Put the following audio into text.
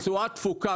התשואה תפוקה,